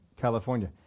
California